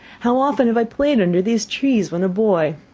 how often have i played under these trees when a boy!